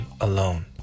alone